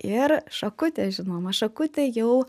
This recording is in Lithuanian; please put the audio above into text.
ir šakutė žinoma šakutė jau